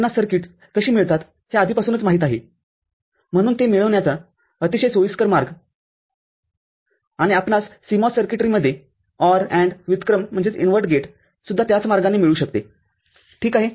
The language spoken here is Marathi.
आपणास सर्किट्स कशी मिळतात हे आधीपासूनच माहित आहे म्हणून ते मिळवण्याचा अतिशय सोयीस्कर मार्ग आणि आपणास CMOS सर्किटरीमध्ये OR AND व्युत्क्रमगेटसुद्धा त्याच मार्गाने मिळू शकते ठीक आहे